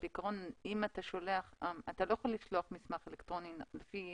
בעיקרון, אתה לא יכול לשלוח מסמך אלקטרוני לפי